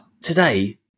today